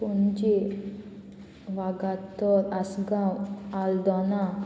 Panaji Vagator Assagao Aldona